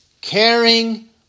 caring